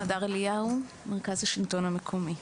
הדר אליהו, מרכז השלטון המקומי.